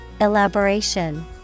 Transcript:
Elaboration